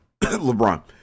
LeBron